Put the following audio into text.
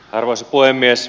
arvoisa puhemies